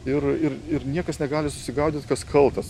ir ir ir niekas negali susigaudyt kas kaltas